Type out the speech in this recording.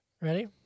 Ready